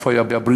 איפה היה הבריאות,